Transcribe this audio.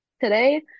Today